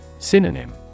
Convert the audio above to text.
Synonym